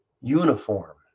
Uniform